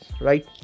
right